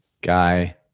guy